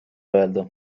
öelda